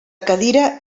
cadira